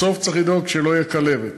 בסוף צריך לדאוג שלא תהיה כלבת.